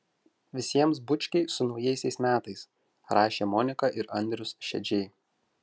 visiems bučkiai su naujaisiais metais rašė monika ir andrius šedžiai